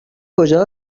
کجا